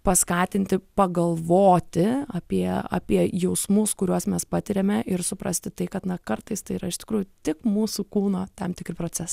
paskatinti pagalvoti apie apie jausmus kuriuos mes patiriame ir suprasti tai kad na kartais tai yra iš tikrųjų tik mūsų kūno tam tikri procesai